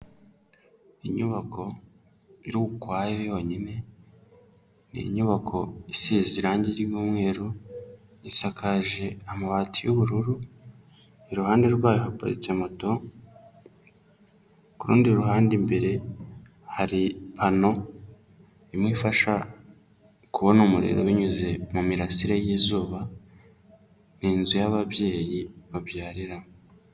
Inyubako iri ukwayo yonyine, ni inyubako isize irangi ry'umweru, isakaje amabati y'ubururu, iruhande rwayo ya haparitse moto, ku rundi ruhande imbere hari pano imwe ifasha kubona umuriro binyuze mu mirasire y'izuba, ni inzu y'ababyeyi babyariramo.